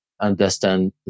understand